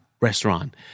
restaurant